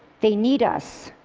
they need us.